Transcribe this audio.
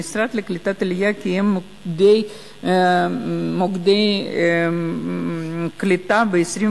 המשרד לקליטת עלייה קיים מוקדי קליטה ב-22